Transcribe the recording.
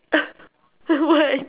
why